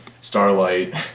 Starlight